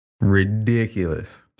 Ridiculous